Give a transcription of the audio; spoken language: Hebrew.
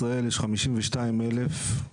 לגבי משטרת ישראל שאלנו מה מספר השוטרים